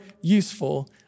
useful